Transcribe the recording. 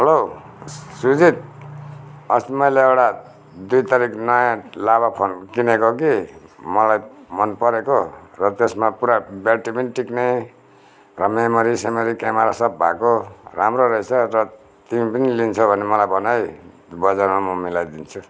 hello Shreejit अस्ति मैले एउटा दुई तारिख नयाँ लाभा फोन किनेको कि मलाई मन परेको र त्यसमा पुरा ब्याट्री पनि टिक्ने र मेमोरी सेमोरि क्यामेरा सब भएको राम्रो रहेछ र तिमी पनि लिन्छौ भने मलाई भन है बजारमा म मिलाइदिन्छु